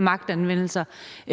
magtanvendelse.